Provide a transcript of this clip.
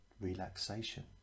relaxation